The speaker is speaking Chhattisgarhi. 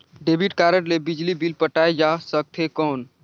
डेबिट कारड ले बिजली बिल पटाय जा सकथे कौन?